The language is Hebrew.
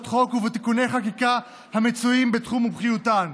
חוק ובתיקוני חקיקה המצויים בתחום מומחיותן.